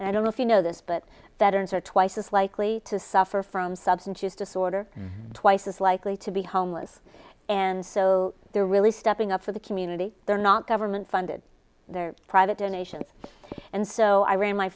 and i don't know if you know this but that are twice as likely to suffer from substance use disorder twice as likely to be homeless and so they're really stepping up for the community they're not government funded private donations and so i ran my